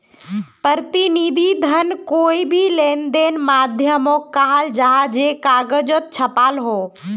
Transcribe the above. प्रतिनिधि धन कोए भी लेंदेनेर माध्यामोक कहाल जाहा जे कगजोत छापाल हो